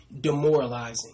demoralizing